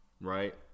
Right